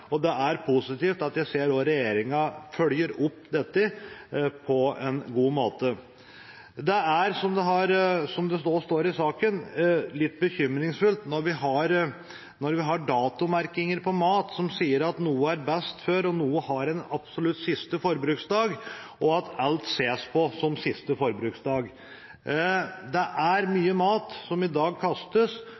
Jeg ser også at regjeringa følger opp dette på en god måte, og det er positivt. Slik som saken nå står, er det litt bekymringsfullt at når vi har datomerkinger på mat som sier at noe er best før en dato og noe har en absolutt siste forbruksdag, ses alt på som siste forbruksdag. Det er mye mat som i dag kastes